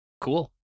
Cool